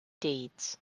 deeds